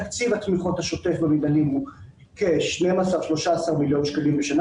תקציב התמיכות השוטף במינהלים הוא כ-13 מיליון שקלים בשנה.